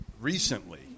recently